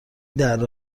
دره